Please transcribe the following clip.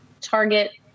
target